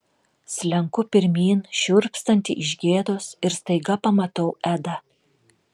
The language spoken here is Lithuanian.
slenku pirmyn šiurpstanti iš gėdos ir staiga pamatau edą